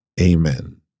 Amen